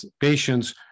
patients